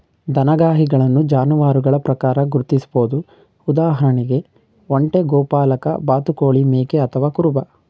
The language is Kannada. ದನಗಾಹಿಗಳನ್ನು ಜಾನುವಾರುಗಳ ಪ್ರಕಾರ ಗುರ್ತಿಸ್ಬೋದು ಉದಾಹರಣೆಗೆ ಒಂಟೆ ಗೋಪಾಲಕ ಬಾತುಕೋಳಿ ಮೇಕೆ ಅಥವಾ ಕುರುಬ